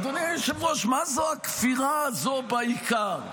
אדוני היושב-ראש, מה זה הכפירה הזו בעיקר?